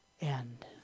end